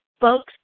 Folks